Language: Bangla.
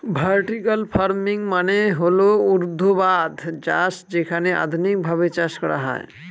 ভার্টিকাল ফার্মিং মানে হল ঊর্ধ্বাধ চাষ যেখানে আধুনিকভাবে চাষ করা হয়